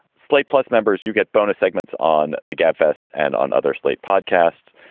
slate plus members, you get bonus segments on the gabfests and on other slate podcasts.